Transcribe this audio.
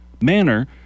manner